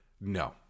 no